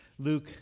Luke